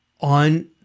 on